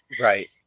Right